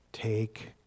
Take